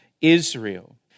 Israel